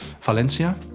Valencia